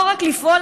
לא רק לפעול,